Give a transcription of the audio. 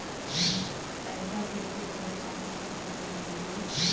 पैसा भेजे बर का का कागज लगही?